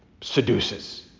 seduces